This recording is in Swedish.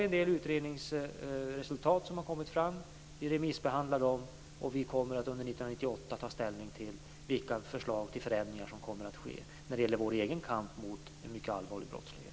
En del utredningsresultat har kommit fram. Vi remissbehandlar dem, och vi kommer att under 1998 ta ställning till vilka förslag till förändringar som kommer att ske när det gäller vår egen kamp mot mycket allvarlig brottslighet.